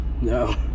no